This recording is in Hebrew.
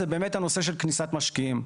זה באמת הנושא של כניסת משקיעים.